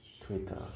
Twitter